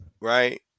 right